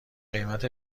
قیمت